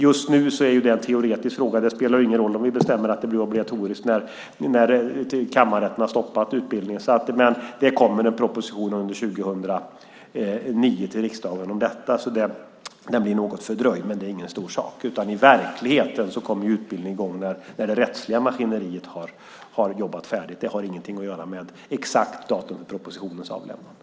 Just nu är det en teoretisk fråga - det spelar ingen roll om vi beslutar att det ska vara obligatoriskt när kammarrätten har stoppat utbildningen - men det kommer en proposition om detta till riksdagen under 2009. Den blir något fördröjd, men det är ingen stor sak. I verkligheten kommer utbildningen i gång när det rättsliga maskineriet har malt färdigt: Det har inget att göra med exakt datum för propositionens avlämnande.